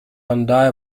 bandai